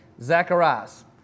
Zacharias